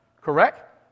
correct